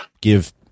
give